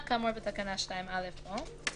יבוא "שחלה לגביו הכרזה על הגבלה מלאה כאמור בתקנה 2א או".